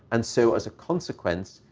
and so, as a consequence,